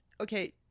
okay